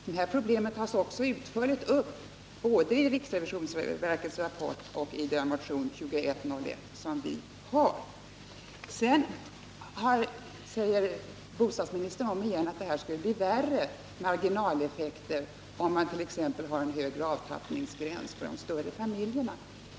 Detta problem tas utförligt upp i riksrevisionsverkets rapport och i vår motion 2101. Bostadsministern säger åter att marginaleffekterna blir värre, om man har en högre avtrappningsgräns för de större familjerna.